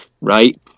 Right